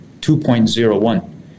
2.01